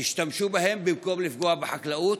תשמשו בהן במקום לפגוע בחקלאות